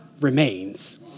remains